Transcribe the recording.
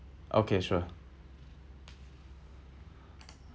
okay sure